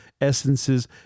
essences